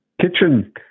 kitchen